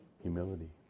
Humility